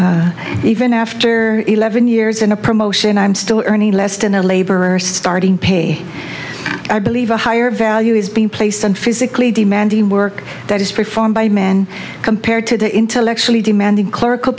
wow even after eleven years in a promotion i'm still earning less than a laborer so starting pay i believe a higher value is being placed on physically demanding work that is performed by men compared to the intellectually demanding clerical